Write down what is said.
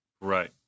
Right